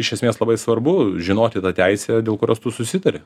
iš esmės labai svarbu žinoti tą teisę dėl kurios tu susitari